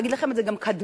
ויגיד לכם את זה גם קדמן,